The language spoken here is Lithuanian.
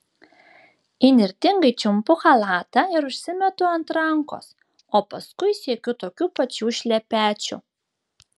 įnirtingai čiumpu chalatą ir užsimetu ant rankos o paskui siekiu tokių pačių šlepečių